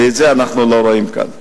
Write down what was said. ואת זה אנחנו לא רואים כאן.